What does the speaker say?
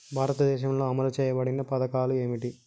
భారతదేశంలో అమలు చేయబడిన పథకాలు ఏమిటి?